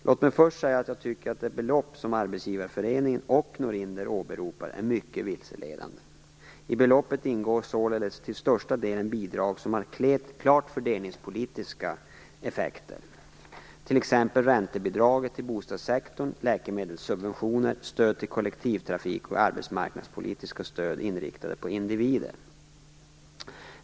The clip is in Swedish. Låt mig först säga att jag tycker att det belopp som Arbetsgivareföreningen och Norinder åberopar är mycket vilseledande. I beloppet ingår således till största delen bidrag som har klart fördelningspolitiska effekter, t.ex. räntebidrag till bostadssektorn, läkemedelssubventioner, stöd till kollektivtrafik och arbetsmarknadspolitiska stöd inriktade på individer.